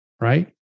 right